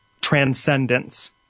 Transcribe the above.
transcendence